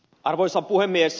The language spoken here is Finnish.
arvoisa puhemies